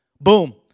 Boom